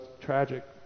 tragic